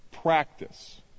practice